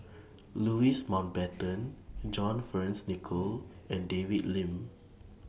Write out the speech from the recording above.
Louis Mountbatten John Fearns Nicoll and David Lim